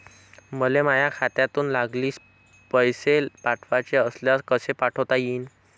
मले माह्या खात्यातून लागलीच पैसे पाठवाचे असल्यास कसे पाठोता यीन?